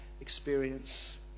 experience